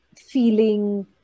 feeling